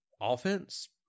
offense